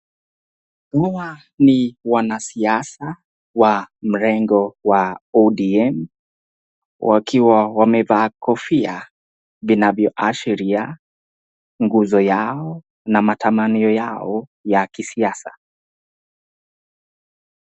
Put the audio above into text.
Hawa ni wanasiasa wa mrengo wa ODM wakiwa wamevaa kofia vinavyo ashiria nguzo yao na matamanio yao ya kisiasa.